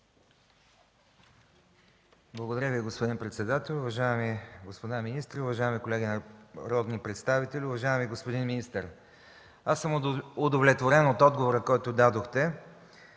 Благодаря Ви, господин председател. Уважаеми господа министри, уважаеми колеги народни представители! Уважаеми господин министър, аз съм удовлетворен от отговора, който дадохте.